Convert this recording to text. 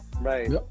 Right